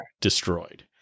destroyed